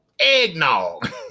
eggnog